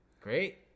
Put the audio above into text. Great